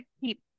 keep